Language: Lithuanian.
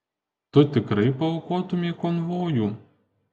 tu tikrai paaukotumei konvojų